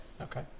okay